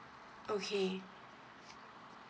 okay